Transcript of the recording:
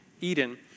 Eden